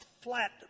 flat